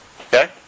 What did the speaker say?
Okay